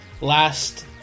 last